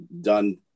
done